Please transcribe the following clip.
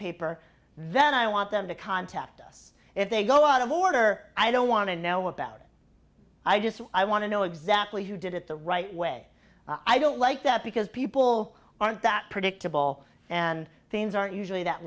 paper then i want them to contact us if they go out of order i don't want to know about it i just i want to know exactly who did it the right way i don't like that because people aren't that predictable and things aren't usually that